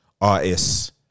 artists